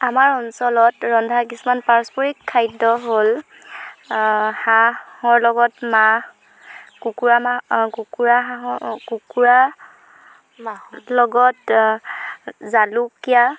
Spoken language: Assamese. আমাৰ অঞ্চলত ৰন্ধা কিছুমান পাৰস্পৰিক খাদ্য হ'ল হাঁহৰ লগত মাহ কুকুৰা মাহ কুকুৰা হাঁহৰ কুকুৰা লগত জালুকীয়া